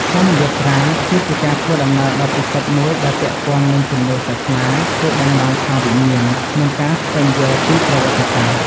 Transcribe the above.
ធម្មយាត្រា គឺជាការធ្វើដំណើរដ៏ពិសិដ្ឋមួយដែលពាក់ព័ន្ធនឹងជំនឿសាសនា គោលបំណងខាងវិញ្ញាណ និងការស្វែងយល់ពីប្រវត្តិសាស្រ្ត។